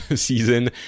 season